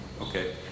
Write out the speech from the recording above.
Okay